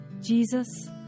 Jesus